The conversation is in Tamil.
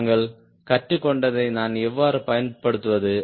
நாங்கள் கற்றுக்கொண்டதை நான் எவ்வாறு பயன்படுத்துவது